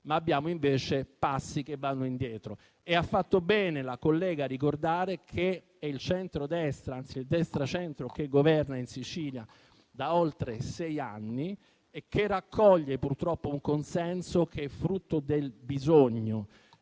ma abbiamo fatto invece passi indietro. Ha fatto bene la collega a ricordare che è il centrodestra - anzi, è il destra-centro - a governare in Sicilia da oltre sei anni, che raccoglie purtroppo un consenso frutto del bisogno